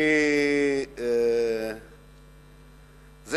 אדוני היושב-ראש,